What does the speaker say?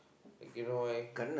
okay you know why